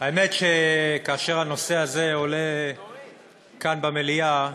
האמת שכאשר הנושא הזה עולה כאן, במליאה,